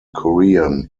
korean